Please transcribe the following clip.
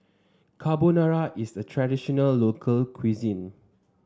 carbonara is a traditional local cuisine